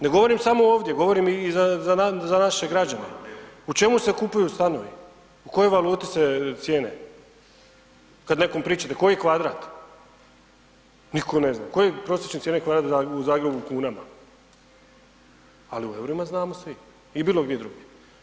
Ne govorim samo ovdje, govorim i za naše građane u čemu se kupuju stanovi, u kojoj valuti se cijene kad nekome pričate, koji kvadrat, niko ne zna, koje su prosječne cijene kvadrata u Zagrebu u kunama, ali u EUR-ima znamo svi i bilo gdje drugdje.